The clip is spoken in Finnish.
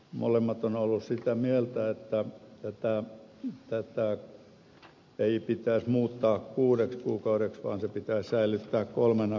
molemmat ovat olleet sitä mieltä että tätä ei pitäisi muuttaa kuudeksi kuukaudeksi vaan se pitää säilyttää kolmena kuukautena